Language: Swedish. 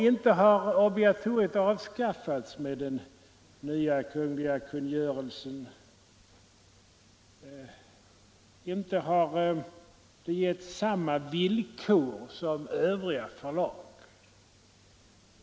Inte har obligatoriet avskaffats med den nya kungliga kungörelsen. Inte har Allmänna Förlaget getts samma villkor som övriga förlag.